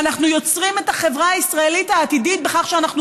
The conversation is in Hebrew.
ואנחנו יוצרים את החברה הישראלית העתידית בכך שאנחנו